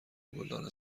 گلدان